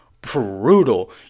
brutal